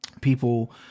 people